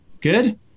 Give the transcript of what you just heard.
Good